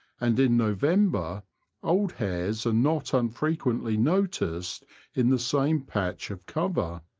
and in november old hares are not unfrequently noticed in the same patch of cover.